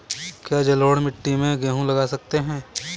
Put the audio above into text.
क्या जलोढ़ मिट्टी में गेहूँ लगा सकते हैं?